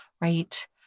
right